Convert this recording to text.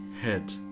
head